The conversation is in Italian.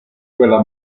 quella